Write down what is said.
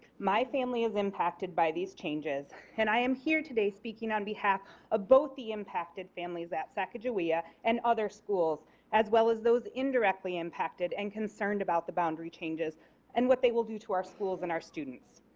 my family is impacted by these changes and i am here today speaking on behalf of ah both the impacted families at sacajawea and other schools as well as those indirectly impacted and concerned about the boundary changes and what they will do to our schools and our students.